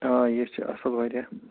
آ یے چھِ اَصٕل واریاہ